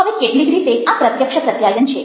હવે કેટલીક રીતે આ પ્રત્યક્ષ પ્રત્યાયન છે